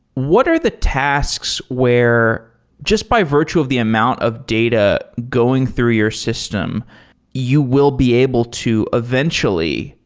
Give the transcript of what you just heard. what are the tasks where just by virtue of the amount of data going through your system you will be able to eventually,